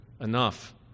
enough